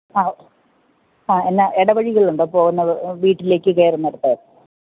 ആ എന്നാ ഇടവഴികളുണ്ടോ പോകുന്ന വീട്ടിലേക്ക് കയറുന്നിടത്ത്